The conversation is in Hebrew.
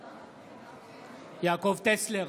בעד יעקב טסלר,